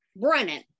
Brennan